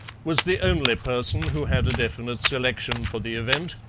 was the only person who had a definite selection for the event,